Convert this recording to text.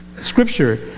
scripture